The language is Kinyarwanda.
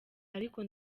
ariko